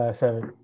seven